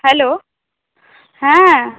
hello হ্যাঁ